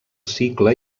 cicle